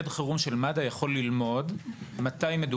מוקד חירום של מד"א יכול ללמוד מתי